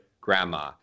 grandma